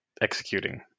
executing